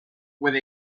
with